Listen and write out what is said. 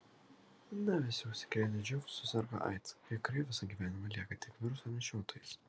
ne visi užsikrėtę živ suserga aids kai kurie visą gyvenimą lieka tik viruso nešiotojais